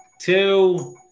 two